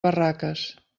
barraques